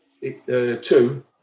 two